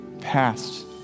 past